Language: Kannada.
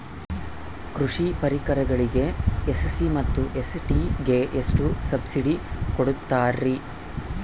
ಕೃಷಿ ಪರಿಕರಗಳಿಗೆ ಎಸ್.ಸಿ ಮತ್ತು ಎಸ್.ಟಿ ಗೆ ಎಷ್ಟು ಸಬ್ಸಿಡಿ ಕೊಡುತ್ತಾರ್ರಿ?